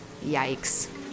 Yikes